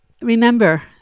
Remember